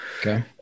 Okay